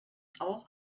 auch